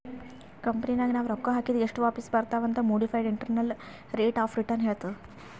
ಕಂಪನಿನಾಗ್ ನಾವ್ ರೊಕ್ಕಾ ಹಾಕಿದ್ ಎಸ್ಟ್ ವಾಪಿಸ್ ಬರ್ತಾವ್ ಅಂತ್ modified internal rate of return ಹೇಳ್ತುದ್